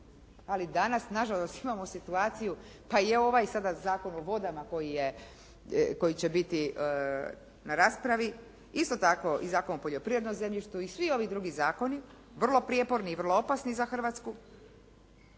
ali danas na žalost imamo situaciju, pa je i ovaj sada Zakon o vodama koji će biti na raspravi isto tako i Zakon o poljoprivrednom zemljištu i svi ovi drugi zakoni, vrlo prijeporni i vrlo opasni za Hrvatsku,